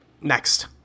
Next